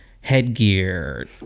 headgear